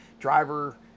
Driver